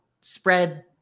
spread